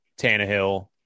Tannehill